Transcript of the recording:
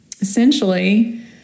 essentially